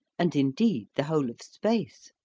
and indeed the whole of space.